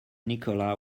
nikola